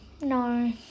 No